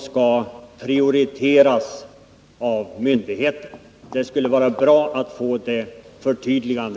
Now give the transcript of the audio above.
skall prioriteras av myndigheterna? Det skulle vara bra att få ett förtydligande.